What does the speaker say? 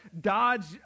dodge